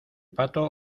pato